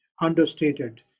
understated